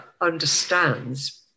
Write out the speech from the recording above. understands